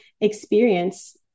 experience